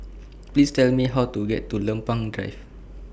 Please Tell Me How to get to Lempeng Drive